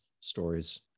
stories